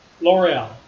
L'Oreal